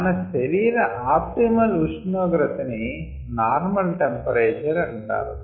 మన శరీర ఆప్టిమల్ ఉష్ణోగ్రత ని నార్మల్ టెంపరేచర్ అంటారు